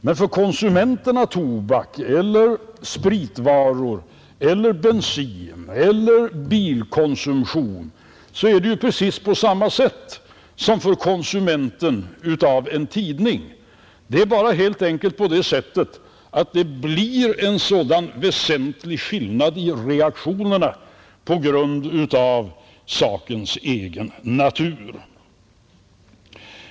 Men för konsumenterna av tobak eller spritvaror eller bensin eller bilar är det ju precis på samma sätt som för konsumenten utav en tidning. Det är bara helt enkelt på det sättet att det blir en sådan väsentlig skillnad i reaktionerna på grund av sakens egen natur.